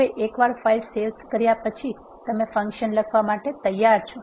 હવે એકવાર file save કર્યા પછી તમે ફંક્શન્સ લખવા માટે તૈયાર છો